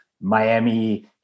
Miami